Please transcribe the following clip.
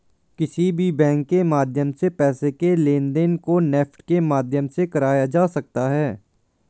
किसी भी बैंक के माध्यम से पैसे के लेनदेन को नेफ्ट के माध्यम से कराया जा सकता है